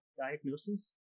diagnosis